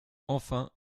enfin